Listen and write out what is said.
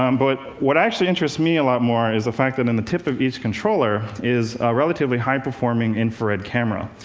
um but what actually interests me a lot more is the fact that in the tip of each controller is a relatively high-performing infrared camera.